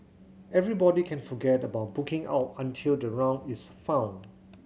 everybody can forget about booking out until the round is found